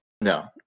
No